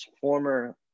former